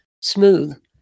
smooth